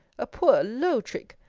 a poor low trick!